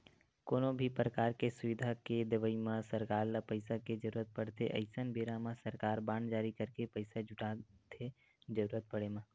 कोनो भी परकार के सुबिधा के देवई म सरकार ल पइसा के जरुरत पड़थे अइसन बेरा म सरकार बांड जारी करके पइसा जुटाथे जरुरत पड़े म